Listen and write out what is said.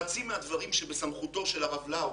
חצי מהדברים שבסמכותו של הרב לאו